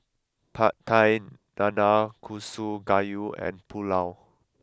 Pad Thai Nanakusa Gayu and Pulao